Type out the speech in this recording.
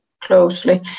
closely